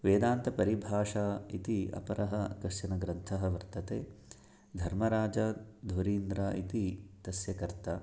वेदान्तपरिभाषा इति अपरः कश्चन ग्रन्थः वर्तते धर्मराजाध्वरीन्द्रः इति तस्य कर्ता